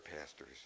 pastors